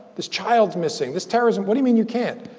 this child's missing. this terrorism what do you mean, you can't?